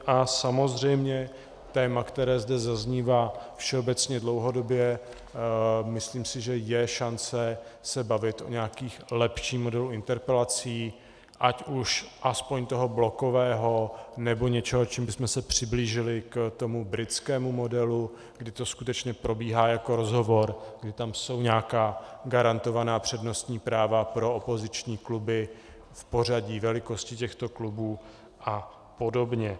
A samozřejmě téma, které zde zaznívá všeobecně dlouhodobě myslím, že je šance se bavit o nějakém lepším modelu interpelací ať už aspoň toho blokového nebo něčeho, čím bychom se přiblížili k britskému modelu, kde to skutečně probíhá jako rozhovor, jsou tam nějaká garantovaná přednostní práva pro opoziční kluby v pořadí velikosti těchto klubů apod.